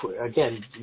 again